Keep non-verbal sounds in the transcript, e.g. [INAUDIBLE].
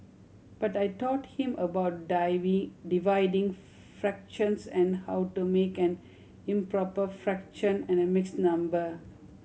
but I taught him about [UNINTELLIGIBLE] dividing fractions and how to make an improper fraction and a mixed number